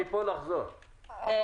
מי שרוצה לחזור הביתה.